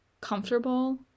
comfortable